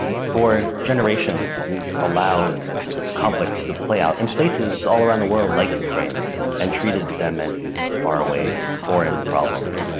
for generations, we've allowed conflicts to play out in places all around the world like ukraine and treated them as these faraway foreign problems,